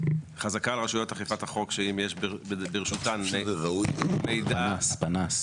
חזקה על רשויות אכיפת החוק שאם יש ברשותם מידע הם